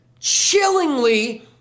chillingly